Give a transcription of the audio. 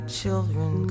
children